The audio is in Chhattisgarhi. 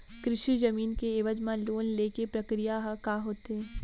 कृषि जमीन के एवज म लोन ले के प्रक्रिया ह का होथे?